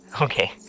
Okay